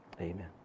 amen